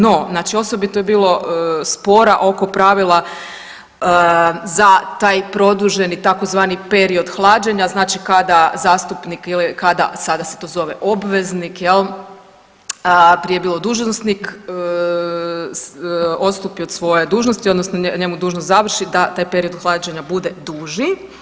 No, znači osobito je bilo spora oko pravila za taj produženi tzv. period hlađenja znači kada zastupnik ili kada, sada se to zove obveznik jel prije je bilo dužnosnik odstupi od svoje dužnosti odnosno njemu dužnost završi da taj period hlađenja bude duži.